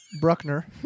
Bruckner